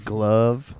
Glove